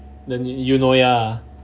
the eunoia ah